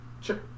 Sure